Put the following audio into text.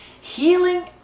Healing